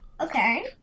Okay